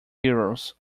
heroes